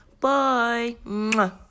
Bye